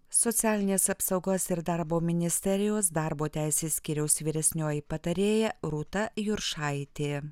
socialinės apsaugos ir darbo ministerijos darbo teisės skyriaus vyresnioji patarėja rūta juršaitė